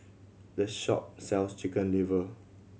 this shop sells Chicken Liver